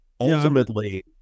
ultimately